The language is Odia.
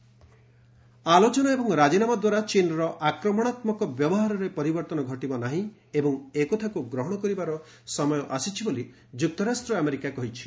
ଚୀନ୍ ଆଲୋଚନା ଏବଂ ରାଜିନାମା ଦ୍ୱାରା ଚୀନ୍ର ଆକ୍ରମଣାତ୍ମକ ବ୍ୟବହାରରେ ପରିବର୍ତ୍ତନ ଘଟିବ ନାହିଁ ଏବଂ ଏକଥାକୁ ଗ୍ରହଣ କରିବାର ସମୟ ଆସିଛି ବୋଲି ଯୁକ୍ତରାଷ୍ଟ୍ର ଆମେରିକା କହିଛି